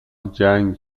جنگ